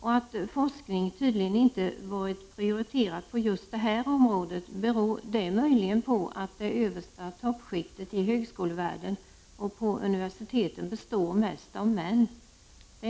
Att forskning tydligen inte varit prioriterad på just detta område, beror det möjligen på att det översta toppskiktet i högskolevärlden och på universiteten består mest av män?